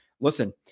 listen